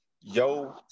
Yo